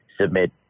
submit